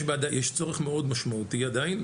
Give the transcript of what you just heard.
יש צורך מאד משמעותי עדיין,